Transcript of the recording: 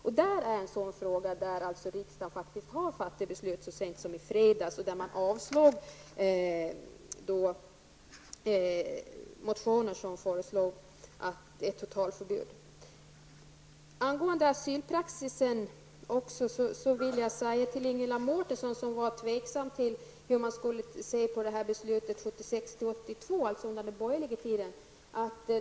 Detta är en fråga där riksdagen fattade beslut så sent som i fredags. Motioner avslogs där det föreslogs ett totalförbud mot förvarstagande av barn. Vidare har vi frågan om asylpraxis. Ingela Mårtensson var tveksam till hur man skulle se på beslutet som tillämpades 1976--1982, dvs. under den borgerliga regeringstiden.